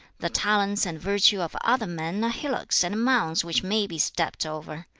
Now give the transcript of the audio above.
the talents and virtue of other men are hillocks and mounds which may be stepped over.